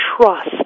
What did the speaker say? trust